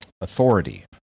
authority